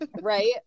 right